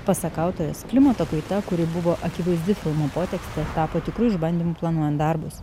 pasak autorės klimato kaita kuri buvo akivaizdi filmo potekstė tapo tikru išbandymu planuojant darbus